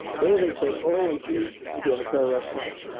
they then said, owens, you need to be a pararescue guy.